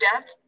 death